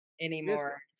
anymore